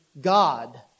God